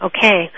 Okay